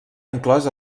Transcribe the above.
inclòs